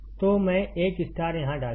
तो मैं एक स्टार यहाँ डालूँगा